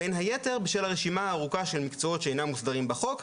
בין היתר בשל הרשימה הארוכה של מקצועות שאינם מוסדרים בחוק.